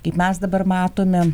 kaip mes dabar matome